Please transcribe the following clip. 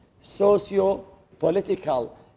socio-political